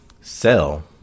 sell